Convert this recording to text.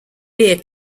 beer